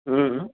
ह्म्